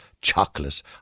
chocolate